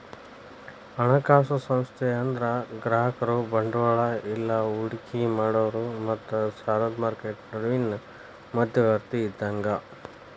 ಹಣಕಾಸು ಸಂಸ್ಥೆ ಅಂದ್ರ ಗ್ರಾಹಕರು ಬಂಡವಾಳ ಇಲ್ಲಾ ಹೂಡಿಕಿ ಮಾಡೋರ್ ಮತ್ತ ಸಾಲದ್ ಮಾರ್ಕೆಟ್ ನಡುವಿನ್ ಮಧ್ಯವರ್ತಿ ಇದ್ದಂಗ